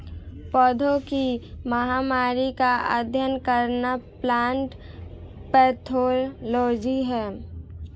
पौधों की महामारी का अध्ययन करना प्लांट पैथोलॉजी है